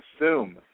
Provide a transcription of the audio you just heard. assume